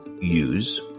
use